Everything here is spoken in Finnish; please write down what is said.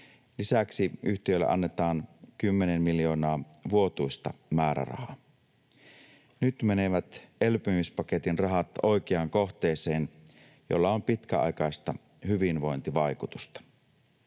Lisäksi yhtiölle annetaan 10 miljoonaa vuotuista määrärahaa. Nyt menevät elpymispaketin rahat oikeaan kohteeseen, jolla on pitkäaikaista hyvinvointivaikutusta.